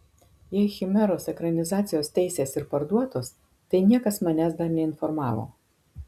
jei chimeros ekranizacijos teisės ir parduotos tai niekas manęs dar neinformavo